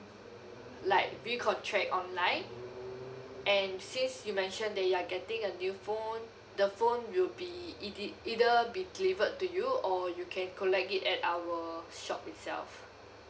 like recontract online and since you mentioned that you are getting a new phone the phone will be eith~ either be delivered to you or you can collect it at our shop itself